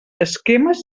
esquemes